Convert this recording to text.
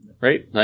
right